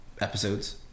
episodes